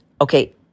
okay